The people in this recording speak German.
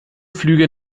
flüge